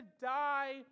die